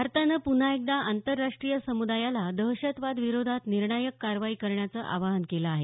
भारतानं पुन्हा एकदा आंतरराष्ट्रीय समुदायाला दहशतवादाविरोधात निर्णायक कारवाई करण्याचं आवाहन केलं आहे